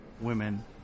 women